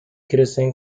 crecen